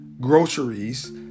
Groceries